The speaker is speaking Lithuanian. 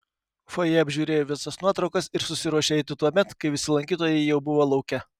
fojė apžiūrėjo visas nuotraukas ir susiruošė eiti tuomet kai visi lankytojai jau buvo lauke